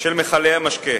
של מכלי משקה,